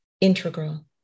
integral